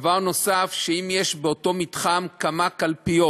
דבר נוסף, שאם יש באותו מתחם כמה קלפיות,